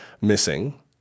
missing